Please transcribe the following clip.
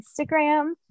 Instagram